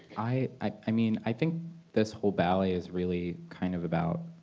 i i mean i think this whole ballet is really kind of about